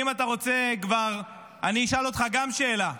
אם אתה כבר רוצה, אני אשאל אותך גם שאלה.